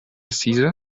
cisa